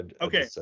Okay